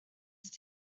ist